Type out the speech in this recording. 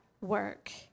work